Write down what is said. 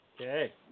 Okay